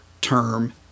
term